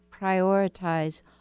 prioritize